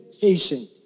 patient